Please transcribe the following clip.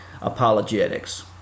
apologetics